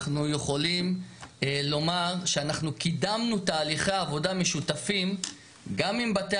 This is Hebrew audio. אנחנו יכולים לומר שאנחנו קידמנו תהליכי עבודה משותפים גם עם בתי